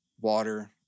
water